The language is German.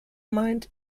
meint